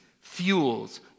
fuels